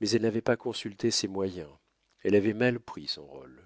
mais elle n'avait pas consulté ses moyens elle avait mal pris son rôle